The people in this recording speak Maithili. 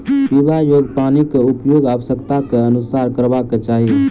पीबा योग्य पानिक उपयोग आवश्यकताक अनुसारेँ करबाक चाही